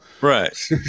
right